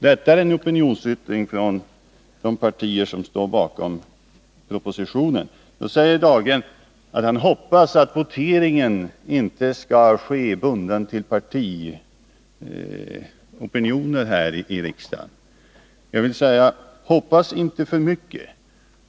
Detta är en opinionsyttring från de partier som står bakom propositionen. Så säger Anders Dahlgren att han hoppas att voteringen inte skall ske efter partilinjer. Jag vill säga: Hoppas inte för mycket.